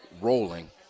rolling